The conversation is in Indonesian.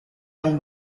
yang